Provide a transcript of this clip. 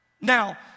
Now